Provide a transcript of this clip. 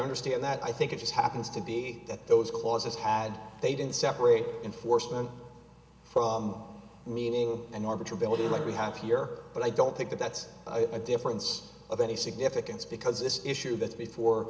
understand that i think it just happens to be that those clauses had they didn't separate enforcement from meaning and arbiter ability like we have here but i don't think that that's a difference of any significance because this issue that's before